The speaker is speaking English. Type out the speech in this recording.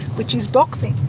which is boxing.